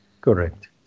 Correct